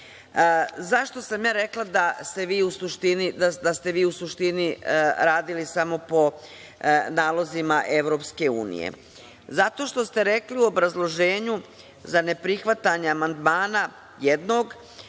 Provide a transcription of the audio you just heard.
sam ja rekla da ste vi u suštini radili samo po nalozima EU? Zato što ste rekli u obrazloženju za neprihvatanja jednog